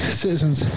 citizen's